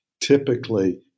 typically